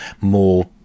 more